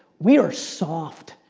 we are soft.